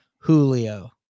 Julio